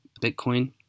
Bitcoin